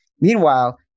Meanwhile